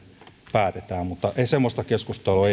päätetään mutta ei semmoista keskustelua